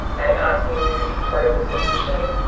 i'm asking you to be part of the solution,